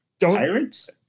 pirates